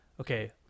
okay